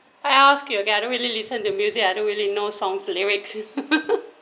I ask you again I don't really listen to music I don't really know song's lyrics